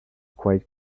quite